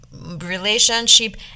relationship